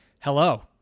hello